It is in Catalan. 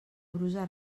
brusa